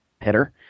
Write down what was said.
header